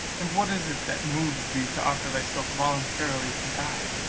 and what is it that moves thee to offer thyself voluntarily to die?